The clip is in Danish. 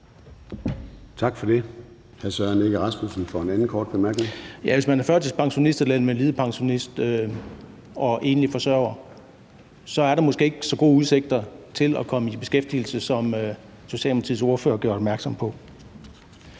Tak for det. Hr. Søren Egge Rasmussen for den anden korte bemærkning. Kl. 13:59 Søren Egge Rasmussen (EL): Hvis man er førtidspensionist eller invalidepensionist og enlig forsørger, er der måske ikke så gode udsigter til at komme i beskæftigelse, som Socialdemokratiets ordfører har beskrevet det.